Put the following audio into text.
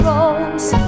Rose